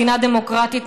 מדינה דמוקרטית,